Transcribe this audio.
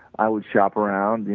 i would shop around, you